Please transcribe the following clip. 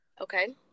Okay